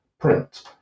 print